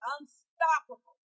Unstoppable